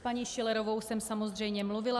S paní Schillerovou jsem samozřejmě mluvila.